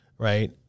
Right